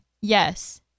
yes